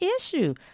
issue